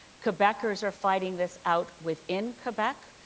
quebecers are fighting this out within quebec.